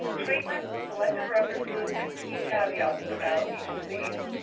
treatment, selected references, and key caveats about each disease.